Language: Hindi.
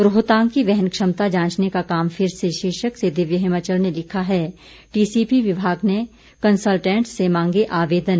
रोहतांग की वहन क्षमता जांचने का काम फिर से शीर्षक से दिव्य हिमाचल ने लिखा है टीसीपी विभाग ने कंसल्टेंट्स से मांगे आवेदन